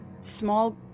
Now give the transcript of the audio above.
small